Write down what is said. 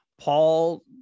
paul